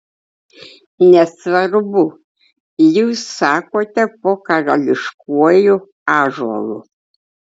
nesvarbu jūs sakote po karališkuoju ąžuolu